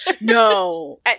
No